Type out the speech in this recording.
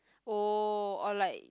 oh or like